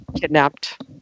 kidnapped